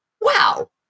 wow